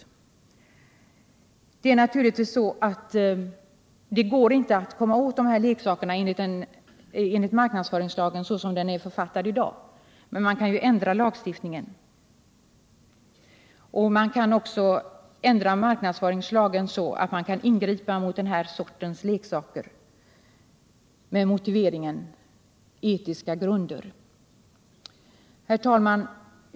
Ja, det går naturligtvis inte att komma åt dessa leksaker med hjälp av marknadsföringslagen såsom den ser ut i dag. Men man kan ju ändra lagstiftningen. Man kan ändra marknadsföringslagen så att man kan ingripa mot den här sortens leksaker med etiska grunder som motivering. Herr talman!